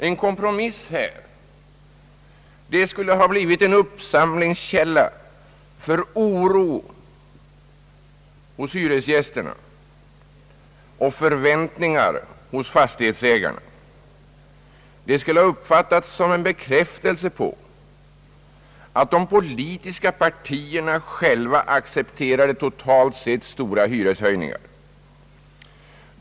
En kompromiss här skulle ha blivit en uppsamlingskälla för oro hos hyresgästerna och förväntningar hos fastighetsägarna. Det skulle ha uppfattats som en bekräftelse på att de politiska partierna själva accepterade totalt sett stora hyreshöjningar.